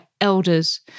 elders